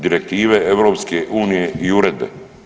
Direktive EU i uredbe.